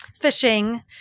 fishing